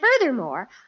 furthermore